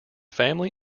family